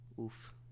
oof